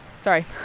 sorry